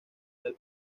del